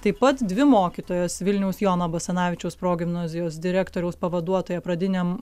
taip pat dvi mokytojos vilniaus jono basanavičiaus progimnazijos direktoriaus pavaduotoja pradiniam